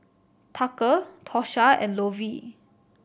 Tucker Tosha and Lovie